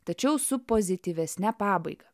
tačiau su pozityvesne pabaiga